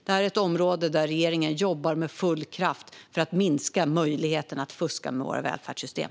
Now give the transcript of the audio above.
Det är ett område där regeringen jobbar med full kraft för att minska möjligheten att fuska med våra välfärdssystem.